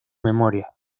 memoria